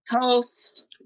Toast